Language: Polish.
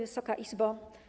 Wysoka Izbo!